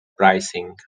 pricing